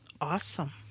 awesome